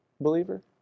believer